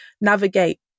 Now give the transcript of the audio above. navigate